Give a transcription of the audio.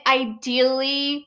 ideally